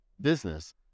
business